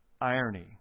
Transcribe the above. irony